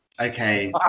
okay